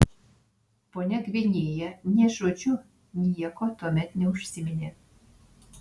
ponia gvinėja nė žodžiu nieko tuomet neužsiminė